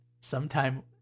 Sometime